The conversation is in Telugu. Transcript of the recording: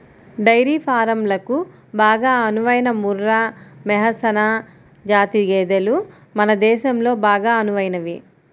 డైరీ ఫారంలకు బాగా అనువైన ముర్రా, మెహసనా జాతి గేదెలు మన దేశంలో బాగా అనువైనవి